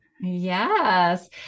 Yes